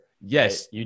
Yes